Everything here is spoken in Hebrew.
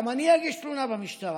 גם אני אגיש תלונה במשטרה,